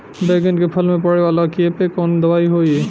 बैगन के फल में पड़े वाला कियेपे कवन दवाई होई?